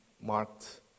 marked